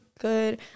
good